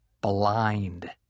blind